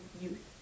youth